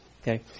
Okay